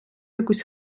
якусь